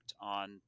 on